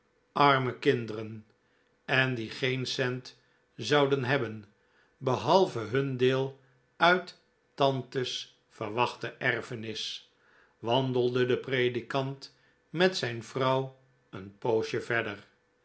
arme kinderen en die geen cent zouden hebben behalve hun deel uit tante's verwachte erfenis wandelde de predikant met zijn vrouw een poosje verder